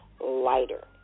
lighter